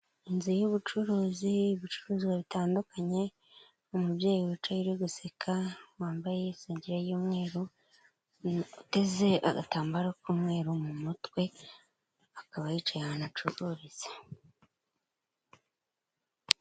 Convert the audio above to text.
Inzu y'ubucuruzi, ibicuruzwa bitandukanye, umubyeyi wicaye ari guseka wambaye isengeri y'umweru, uteze agatambaro k'umweru mu mutwe akaba yicaye ahantu acururiza.